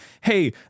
hey